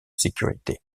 sécurité